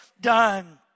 done